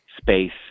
space